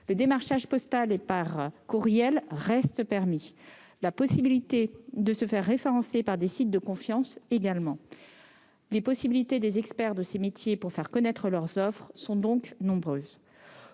Le démarchage postal et par courriel reste permis, ainsi que la possibilité de se faire référencer par des sites de confiance. Les possibilités des experts de ces métiers pour faire connaître leurs offres sont donc nombreuses.